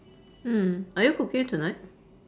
mm are you cooking it tonight